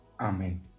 Amen